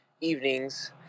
evenings